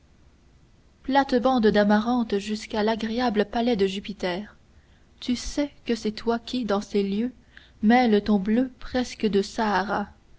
plates-bandes d'amarantes jusqu'à l'agréable palais de jupiter je sais que c'est toi qui dans ces lieux mêles ton bleu presque de sahara